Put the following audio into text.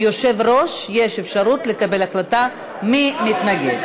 ליושב-ראש יש אפשרות לקבל החלטה מי מתנגד.